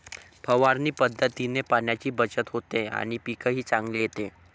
फवारणी पद्धतीने पाण्याची बचत होते आणि पीकही चांगले येते